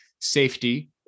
safety